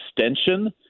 extension